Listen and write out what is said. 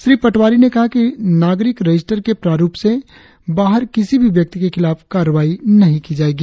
श्री पटवारी ने कहा कि नागरिक रजिस्टर के प्रारुप से बाहर किसी भी व्यक्ति के खिलाफ कार्रवाई नही की जायेगी